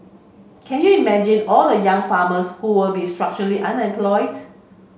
can you imagine all the young farmers who will be structurally unemployed